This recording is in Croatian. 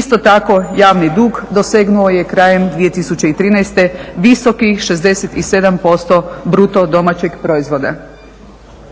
isto tako javni dug dosegnuo je krajem 2013. visokih 67% bruto domaćeg proizvoda.